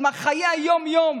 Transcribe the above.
עם חיי היום-יום,